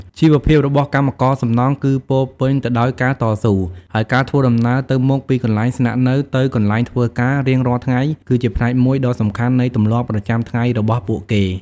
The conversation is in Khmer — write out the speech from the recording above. ជីវភាពរបស់កម្មករសំណង់គឺពោរពេញទៅដោយការតស៊ូ ហើយការធ្វើដំណើរទៅមកពីកន្លែងស្នាក់នៅទៅកន្លែងធ្វើការរៀងរាល់ថ្ងៃគឺជាផ្នែកមួយដ៏សំខាន់នៃទម្លាប់ប្រចាំថ្ងៃរបស់ពួកគេ។